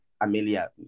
Amelia